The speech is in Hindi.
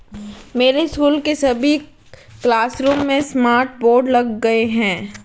मेरे स्कूल के सभी क्लासरूम में स्मार्ट बोर्ड लग गए हैं